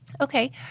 Okay